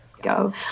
go